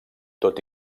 tot